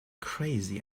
crazy